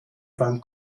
beim